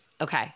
Okay